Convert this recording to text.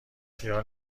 خیال